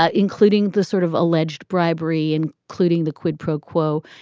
ah including the sort of alleged bribery, and including the quid pro quo.